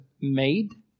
made